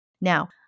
Now